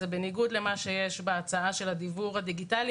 זה בניגוד למה שיש בהצעה של הדיוור הדיגיטלי,